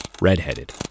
redheaded